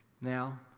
Now